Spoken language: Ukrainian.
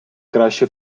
краще